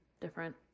different